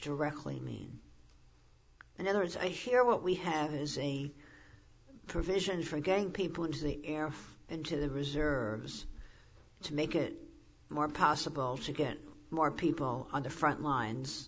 directly mean and others i hear what we have is a provision for gang people into the air into the reserves to make it more possible to get more people on the front lines